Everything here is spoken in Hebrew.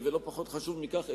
ולא פחות חשוב מכך,